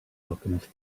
alchemist